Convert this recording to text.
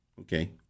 Okay